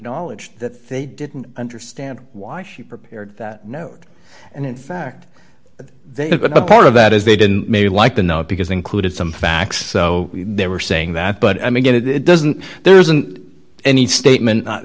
acknowledged that they didn't understand why she prepared that note and in fact they've been a part of that is they didn't maybe like to know because included some facts so they were saying that but i mean it it doesn't there isn't any statement